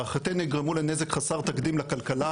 להערכתנו יגרמו לנזק חסר תקדים לכלכלה